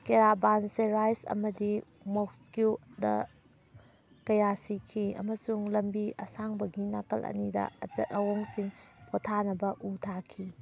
caravanserai ꯑꯃꯗꯤ ꯃꯣꯛꯁꯀ꯭ꯤꯌꯨꯗ ꯀꯌꯥ ꯁꯤꯈꯤ ꯑꯃꯁꯨꯡ ꯂꯝꯕꯤ ꯑꯁꯥꯡꯕꯒꯤ ꯅꯥꯀꯜ ꯑꯅꯤꯗ ꯑꯆꯠ ꯑꯋꯣꯡꯁꯤꯡ ꯄꯣꯊꯥꯅꯕ ꯎ ꯊꯥꯈꯤ